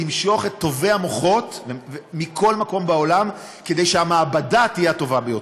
למשוך את טובי המוחות מכל מקום בעולם כדי שהמעבדה תהיה הטובה ביותר.